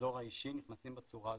לאזור האישי נכנסים בצורה הזאת.